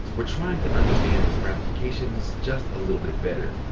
we're trying to understand those ramifications just a little bit better.